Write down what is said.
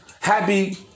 happy